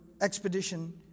expedition